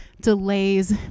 delays